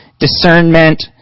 discernment